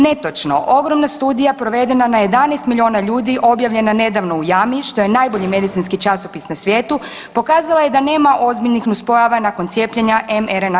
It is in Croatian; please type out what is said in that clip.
Netočno, ogromna studija provedena na 11 milijuna ljudi objavljena nedavno u JAMA-i što je najbolji medicinski časopis na svijetu pokazala je da nema ozbiljnih nuspojava nakon cijepljenja mRNA.